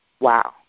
Wow